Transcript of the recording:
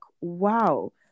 wow